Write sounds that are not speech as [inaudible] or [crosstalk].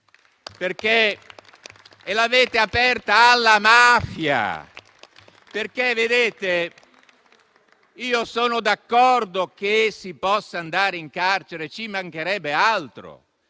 E l'avete aperta alla mafia. [applause] Io sono d'accordo che si possa andare in carcere, ci mancherebbe altro.